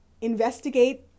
investigate